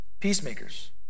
Peacemakers